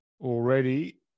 already